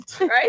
Right